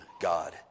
God